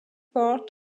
part